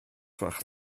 gwelwch